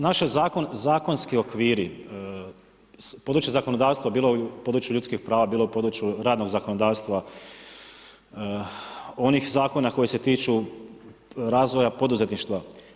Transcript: Naš je zakon zakonski okviri, područje zakonodavstva, bilo u području ljudskih prava, bilo u području radnog zakonodavstva onih zakona koji se tiču razvoja poduzetništva.